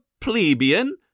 plebeian